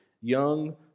Young